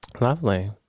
Lovely